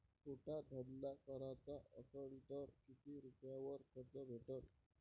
छोटा धंदा कराचा असन तर किती रुप्यावर कर्ज भेटन?